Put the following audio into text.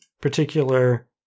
particular